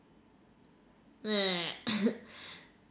meh